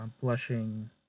blushing